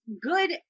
good